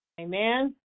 Amen